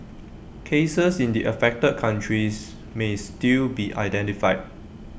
cases in the affected countries may still be identified